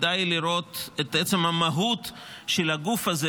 כדאי לראות את עצם המהות של הגוף הזה,